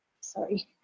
Sorry